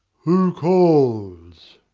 who calls?